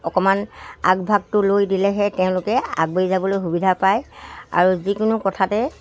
অকমান আগভাগটো লৈ দিলেহে তেওঁলোকে আগবাঢ়ি যাবলৈ সুবিধা পায় আৰু যিকোনো কথাতে